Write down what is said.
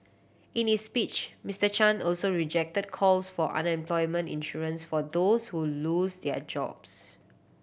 in his speech Mister Chan also rejected calls for unemployment insurance for those who lose their jobs